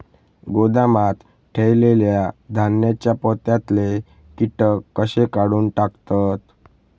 गोदामात ठेयलेल्या धान्यांच्या पोत्यातले कीटक कशे काढून टाकतत?